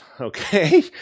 okay